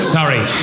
Sorry